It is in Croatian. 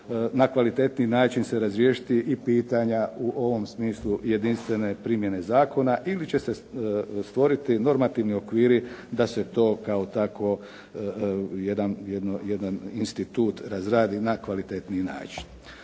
na kvalitetniji način se razriješiti i pitanja u ovom smislu jedinstvene primjene zakona ili će se stvoriti normativni okviri da se to kao takvo jedan institut razradi na kvalitetniji način.